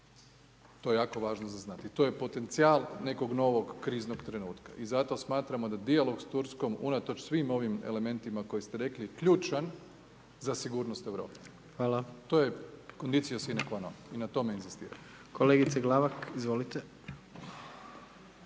To je jako važno za znati. I to je potencijal nekog novog kriznog trenutka. I zato smatramo da dijalog s Turskom unatoč svim ovim elementima koje ste rekli, ključan za sigurnost Europe. To je condicio sine qua non, i na tome inzistiram. **Jandroković, Gordan